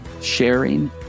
sharing